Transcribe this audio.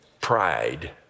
pride